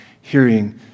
hearing